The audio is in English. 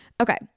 okay